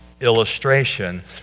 illustration